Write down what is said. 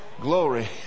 glory